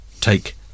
take